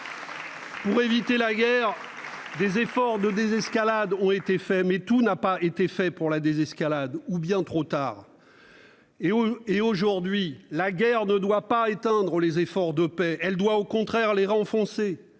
pour éviter la guerre. Des efforts pour une désescalade ont été engagés, mais tout n'a pas été fait dans ce sens, ou bien trop tardivement. Aujourd'hui, la guerre ne doit pas éteindre les efforts de paix ; elle doit au contraire les renforcer.